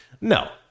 no